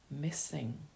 missing